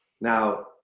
Now